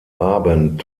abend